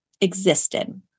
existed